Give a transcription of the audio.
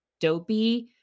dopey